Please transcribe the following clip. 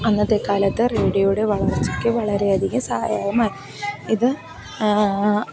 അന്നത്തെക്കാലത്ത് റേഡിയോയുടെ വളർച്ചക്ക് വളരെയധികം സഹായകമായി ഇത്